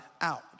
out